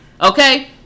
okay